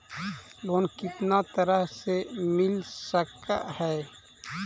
Loan कितना तरह से मिल सक है?